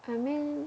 I mean